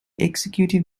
executive